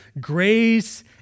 Grace